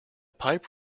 pipe